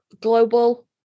global